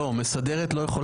לא, מסדרת לא יכולה לחוקק.